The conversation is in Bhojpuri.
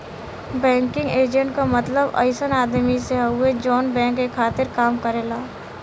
बैंकिंग एजेंट क मतलब अइसन आदमी से हउवे जौन बैंक के खातिर काम करेला